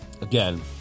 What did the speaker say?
again